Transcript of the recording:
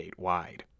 statewide